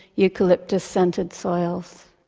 eucalyptus-scented soils.